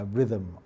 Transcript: Rhythm